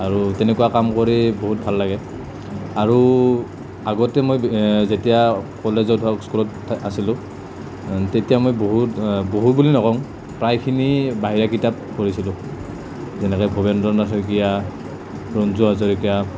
আৰু তেনেকুৱা কাম কৰি বহুত ভাল লাগে আৰু আগতে মই যেতিয়া কলেজত বা স্কুলত আছিলোঁ তেতিয়া মই বহুত বহু বুলি নকওঁ প্ৰায়খিনি বাহিৰা কিতাপ পঢ়িছিলোঁ যেনেকৈ ভবেন্দ্ৰ নাথ শইকীয়া ৰঞ্জু হাজৰিকা